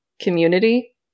community